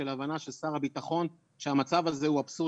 של הבנה של שר הביטחון שהמצב הזה הוא אבסורד